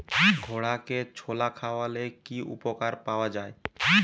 ঘোড়াকে ছোলা খাওয়ালে কি উপকার পাওয়া যায়?